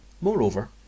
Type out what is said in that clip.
Moreover